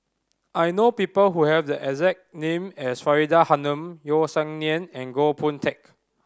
I know people who have the exact name as Faridah Hanum Yeo Song Nian and Goh Boon Teck